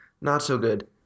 not-so-good